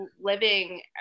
living